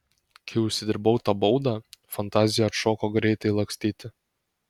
kai užsidirbau tą baudą fantazija atšoko greitai lakstyt